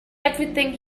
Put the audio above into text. everything